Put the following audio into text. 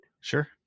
Sure